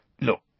Look